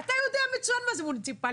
אתה יודע מצוין מה זה מוניציפאלי,